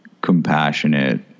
compassionate